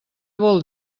vol